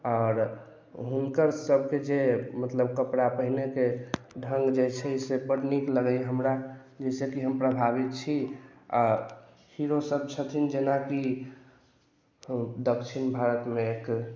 आओर हुनकर सभके जे मतलब कपड़ा पहिनेके ढङ्ग जे छै से बड्ड नीक लगैया हमरा जाहिसँ कि हम प्रभावित छी हीरो सभ छथिन जेनाकि दक्षिण भारतमे एक